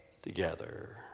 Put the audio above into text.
together